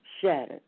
shattered